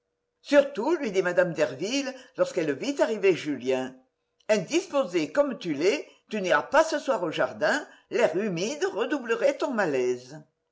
surtout lui dit mme derville lorsqu'elle vit arriver julien indisposée comme tu l'es tu n'iras pas ce soir au jardin l'air humide redoublerait ton malaise